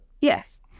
Yes